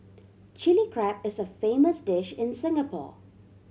Chilli Crab is a famous dish in Singapore